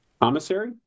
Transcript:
Commissary